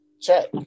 check